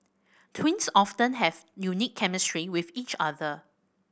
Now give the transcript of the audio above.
twins often have unique chemistry with each other